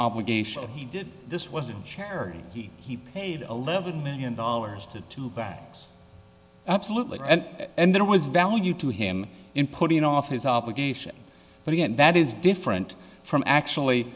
obligation of he did this wasn't charity he he paid eleven million dollars to two bags absolutely and there was value to him in putting off his obligation but again that is different from actually